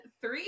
three